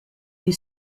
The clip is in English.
you